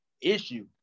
issue